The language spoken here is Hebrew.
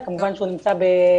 כמובן שהוא מפורסם,